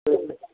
औ